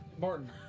Martin